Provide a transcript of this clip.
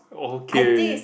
okay